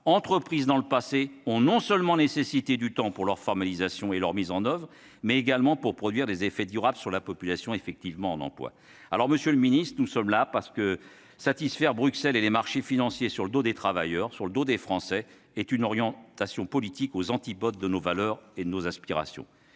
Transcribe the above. entreprises dans le passé ont non seulement nécessité du temps pour leur formalisation et leur mise en oeuvre, mais également pour produire des effets durables sur la population effectivement en emploi. » Alors, monsieur le ministre, nous sommes là parce que satisfaire Bruxelles et les marchés financiers sur le dos des travailleurs, sur le dos des Français, est une orientation politique aux antipodes de nos valeurs et de nos aspirations.